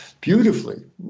beautifully